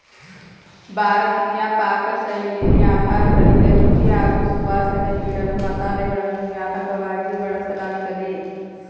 ಭಾರತೀಯ ಪಾಕಶೈಲಿಲಿ ಆಹಾರಗಳಿಗೆ ರುಚಿ ಹಾಗೂ ಸುವಾಸನೆ ನೀಡಲು ಮಸಾಲೆಗಳನ್ನು ವ್ಯಾಪಕವಾಗಿ ಬಳಸಲಾಗ್ತದೆ